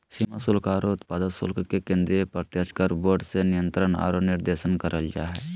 सीमा शुल्क आरो उत्पाद शुल्क के केंद्रीय प्रत्यक्ष कर बोर्ड से नियंत्रण आरो निर्देशन करल जा हय